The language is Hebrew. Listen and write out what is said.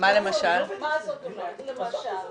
מה למשל,